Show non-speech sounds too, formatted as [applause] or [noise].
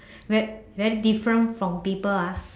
[breath] ve~ very different from people ah